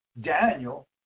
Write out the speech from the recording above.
Daniel